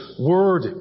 word